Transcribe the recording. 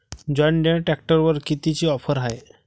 John Deere ट्रॅक्टरवर कितीची offer हाये?